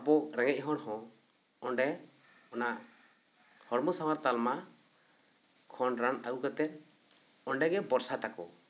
ᱟᱵᱚ ᱨᱮᱸᱜᱮᱡ ᱦᱚᱲ ᱦᱚᱸ ᱚᱸᱰᱮ ᱚᱱᱟ ᱦᱚᱲᱢᱚ ᱥᱟᱶᱟᱨ ᱛᱟᱞᱢᱟ ᱠᱷᱚᱱ ᱨᱟᱱ ᱟᱹᱜᱩ ᱠᱟᱛᱮᱫ ᱚᱸᱰᱮ ᱜᱮ ᱵᱷᱚᱨᱥᱟ ᱛᱟᱠᱚ